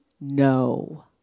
no